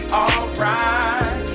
alright